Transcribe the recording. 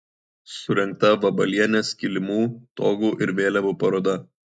surengta vabalienės kilimų togų ir vėliavų paroda